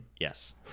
Yes